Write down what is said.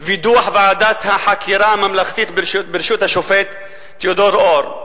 ובדוח ועדת החקירה הממלכתית בראשות השופט תיאודור אור.